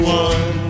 one